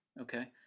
Okay